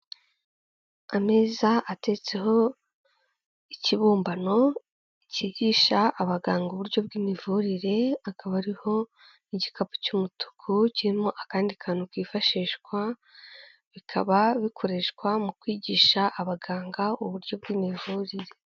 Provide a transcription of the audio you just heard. Ameza atetseho ikibumbano kigisha abaganga uburyo bw'imivurire, hakaba hariho n'igikapu cy'umutuku kirimo akandi kantu kifashishwa, bikaba bikoreshwa mu kwigisha abaganga uburyo bw'imivurire.